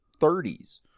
30s